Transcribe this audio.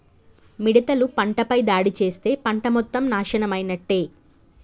మిడతలు పంటపై దాడి చేస్తే పంట మొత్తం నాశనమైనట్టే